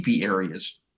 areas